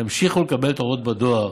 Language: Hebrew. ימשיכו לקבל את ההודעות בדואר.